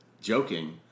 joking